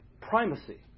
primacy